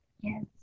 Yes